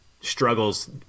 struggles